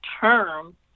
term